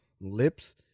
Lips